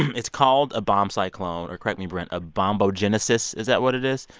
it's called a bomb cyclone or correct me, brent a bombogenesis. is that what it is?